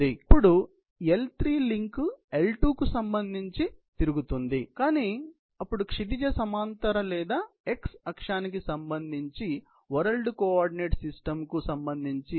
అప్పుడు L3 link L2 కు సంబంధించి తిరుగుతోందని కాని అప్పుడు క్షితిజ సమాంతర లేదా x అక్షానికి సంబంధించి వరల్డ్ కోఆర్డినేట్ సిస్టమ్ కు సంబంధించి